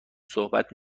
صحبت